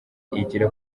igira